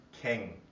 King